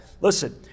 Listen